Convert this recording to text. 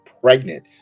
pregnant